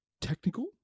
technical